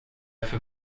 för